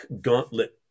gauntlet